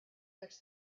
fix